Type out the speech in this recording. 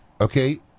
okay